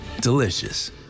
delicious